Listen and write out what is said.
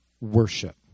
worship